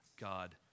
God